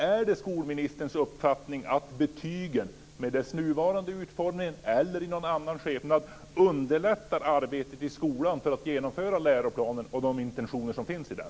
Är det skolministerns uppfattning att betygen, med dess nuvarande utformning eller i någon annan skepnad, underlättar arbetet i skolan för att genomföra intentionerna i läroplanen?